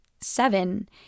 seven